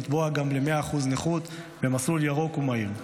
לתבוע גם 100% נכות במסלול ירוק ומהיר.